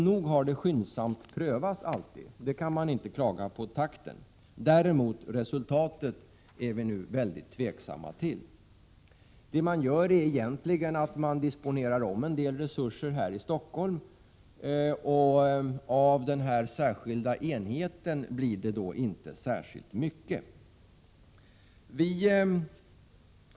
Nog har det skyndsamt prövats alltid —- takten kan man inte klaga på. Däremot är vi mycket tveksamma till resultatet. Vad man gör är egentligen att man disponerar om en del resurser här i Stockholm. Av den särskilda högskoleenheten blir det då inte särskilt mycket.